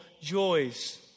joys